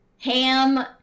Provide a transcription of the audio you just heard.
ham